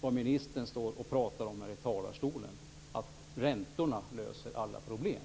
det ministern står och säger i talarstolen om att räntorna löser alla problem.